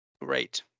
Great